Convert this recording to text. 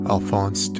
Alphonse